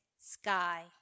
sky